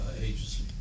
agency